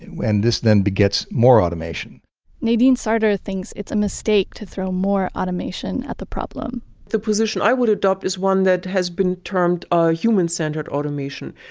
and this then begets more automation nadine sartor thinks it's a mistake to throw more automation at the problem the position i would adopt is one that has been termed human-centered automation,